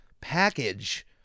package